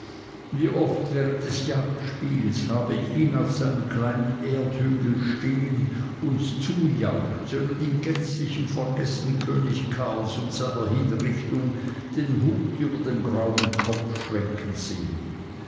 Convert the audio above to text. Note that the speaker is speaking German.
wie oft während des jagdspiels habe ich ihn auf einem kleinen erdhügel stehen uns zujauchzen und in gänzlichem vergessen könig karls und seiner hinrichtung den hut über dem grauen kopf schwenken sehen